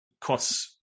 costs